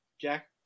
Jack